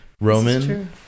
roman